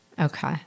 Okay